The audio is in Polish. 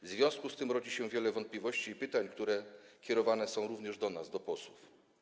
W związku z tym rodzi się wiele wątpliwości i pytań, które kierowane są również do nas, do posłów.